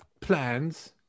plans